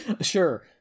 Sure